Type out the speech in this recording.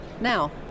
Now